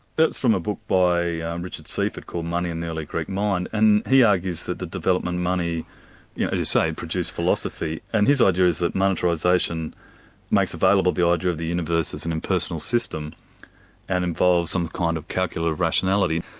that's from a book by richard siefert, called money in the early greek mind, and he argues that the development money as you say, produced philosophy, and his idea is that monetarisation makes available the ah idea of the universe as an impersonal system and involves some kind of calculative rationality.